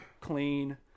clean